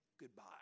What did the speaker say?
goodbye